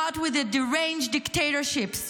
not with deranged dictatorships,